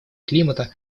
климата